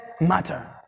matter